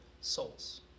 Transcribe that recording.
souls